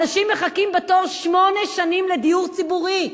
אנשים מחכים בתור שמונה שנים לדיור ציבורי,